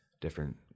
different